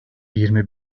yirmi